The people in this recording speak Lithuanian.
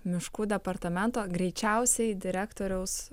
miškų departamento greičiausiai direktoriaus